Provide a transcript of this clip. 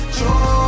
joy